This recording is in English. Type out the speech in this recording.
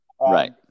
right